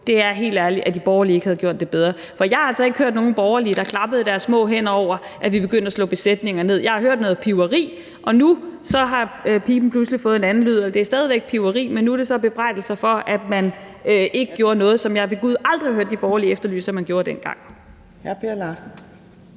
på, er helt ærligt, at de borgerlige ikke havde gjort det bedre. For jeg har altså ikke hørt nogen borgerlige klappe i deres små hænder over, at vi er begyndt at slå besætninger ned – jeg har hørt noget piveri. Og nu har piben så pludselig fået en anden lyd, og det er stadig væk piveri, men nu er det så i form af bebrejdelser for, at man ikke gjorde noget, som jeg ved Gud aldrig har hørt de borgerlige efterlyse at man gjorde dengang.